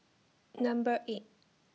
Number eight